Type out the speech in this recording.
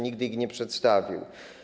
Nigdy ich nie przedstawił.